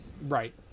Right